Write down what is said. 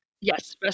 Yes